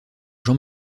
jean